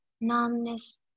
numbness